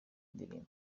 ndirimbo